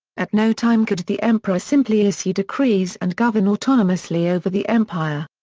at no time could the emperor simply issue decrees and govern autonomously over the empire.